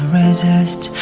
resist